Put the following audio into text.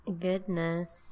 Goodness